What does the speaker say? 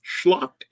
schlock